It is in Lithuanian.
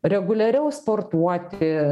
reguliariau sportuoti